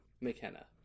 McKenna